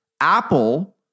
Apple